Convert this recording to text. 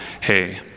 Hey